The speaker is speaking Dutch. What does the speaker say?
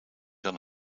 dan